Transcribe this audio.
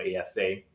ASA